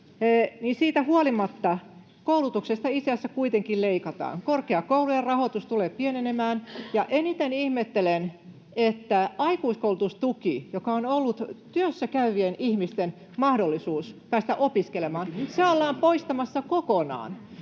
siitä huolimatta koulutuksesta itse asiassa kuitenkin leikataan. Korkeakoulujen rahoitus tulee pienenemään. Eniten ihmettelen, että aikuiskoulutustuki, joka on ollut työssäkäyvien ihmisten mahdollisuus päästä opiskelemaan, ollaan poistamassa kokonaan.